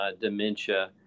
dementia